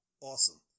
Awesome